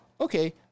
okay